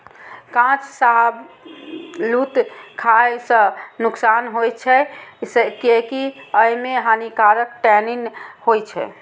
कांच शाहबलूत खाय सं नुकसान होइ छै, कियैकि अय मे हानिकारक टैनिन होइ छै